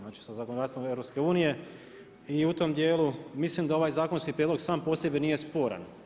Znači sa zakonodavstvom EU i u tom dijelu, mislim da ovaj zakonski 0priedlog sam po sebi nije sporan.